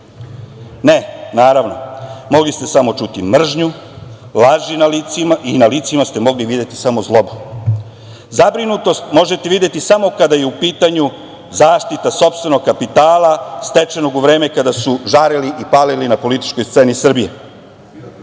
Ne, naravno. Mogli ste samo čuti mržnju, laži i na licima ste mogli videti samo zlobu. Zabrinutost možete videti samo kada je u pitanju zaštita sopstvenog kapitala stečenog u vreme kada su žarili i palili na političkoj sceni Srbije. Svedoci